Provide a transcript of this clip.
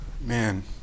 Man